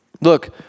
Look